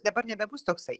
dabar nebebus toksai